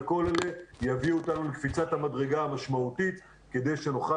וכל אלה יביאו אותנו לקפיצת המדרגה המשמעותית כדי שנוכל